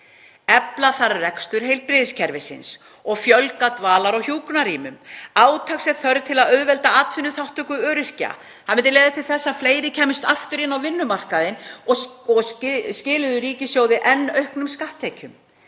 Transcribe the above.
Efla þarf rekstur heilbrigðiskerfisins og fjölga dvalar- og hjúkrunarrýmum. Átaks er þörf til að auðvelda atvinnuþátttöku öryrkja. Það myndi leiða til þess að fleiri kæmust aftur inn á vinnumarkað og skiluðu ríkissjóði enn auknum skatttekjum.